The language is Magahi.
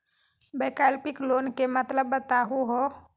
वैकल्पिक लोन के मतलब बताहु हो?